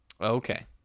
Okay